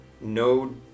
No